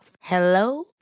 Hello